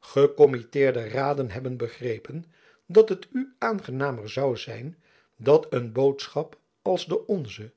gekommitteerde raden hebben begrepen dat het u aangenamer zoû zijn dat een boodschap als de onze